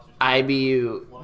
IBU